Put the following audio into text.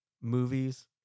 Movies